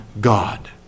God